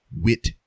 wit